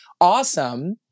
awesome